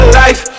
life